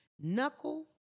knuckle